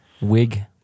wig